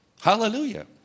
Hallelujah